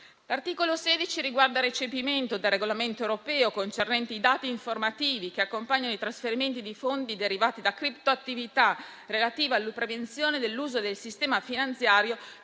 L'articolo 16 riguarda il recepimento del regolamento europeo concernente i dati informativi che accompagnano i trasferimenti di fondi derivati da cripto-attività relative alla prevenzione dell'uso del sistema finanziario